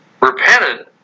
repented